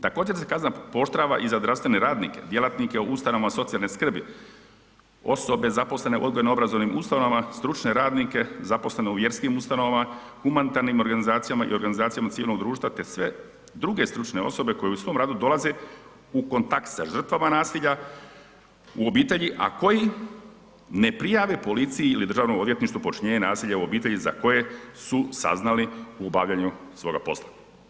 Također se kazna pooštrava i za zdravstvene radnike, djelatnike u ustanovama socijalne skrbi, osobe zaposlene u odgojno-obrazovnim ustanovama, stručne radnike zaposlene u vjerskim ustanovama, humanitarnim organizacijama i organizacijama civilnog društva te sve druge stručne osobe koje u svom radu dolaze u kontakt sa žrtvama nasilja u obitelji a koji ne prijave policiji ili Državnom odvjetništvu počinjenje nasilja u obitelji za koje su saznali u obavljanju svoga posla.